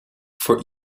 for